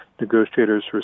negotiators